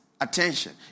attention